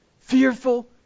fearful